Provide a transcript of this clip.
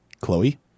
Chloe